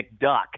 McDuck